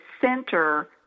center